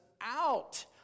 out